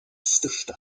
största